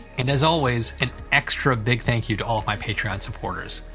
and as always, an extra big thank you to all of my patreon supporters.